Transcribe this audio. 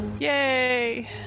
Yay